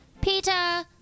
Peter